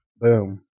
Boom